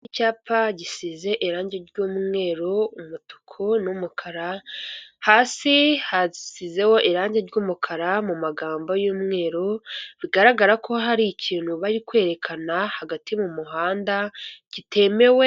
Icyapa gisize irange ry'umweru, umutuku, n'umukara. Hasi hasizeho irangi ry'umukara mu magambo y'umweru, bigaragara ko hari ikintu bari kwerekana hagati mu muhanda kitemewe.